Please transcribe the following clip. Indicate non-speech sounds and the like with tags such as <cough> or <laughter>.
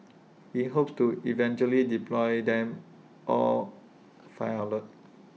<noise> IT hopes to eventually deploy them all five outlets